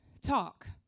talk